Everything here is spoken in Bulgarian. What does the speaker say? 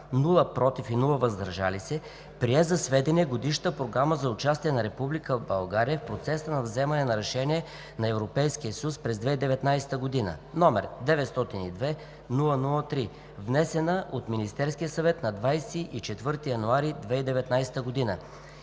„против“ и „въздържал се“ приема за сведение Годишната програма за участие на Република България в процеса на вземане на решения на Европейския съюз през 2019 г., № 902-00-3, внесена от Министерския съвет на 24 януари 2019 г.,